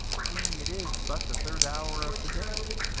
seeing it is but the third hour of the day.